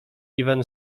even